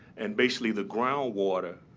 and basically, the groundwater